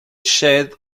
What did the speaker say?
shed